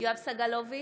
יואב סגלוביץ'